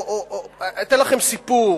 אני אתן לכם סיפור.